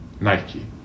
Nike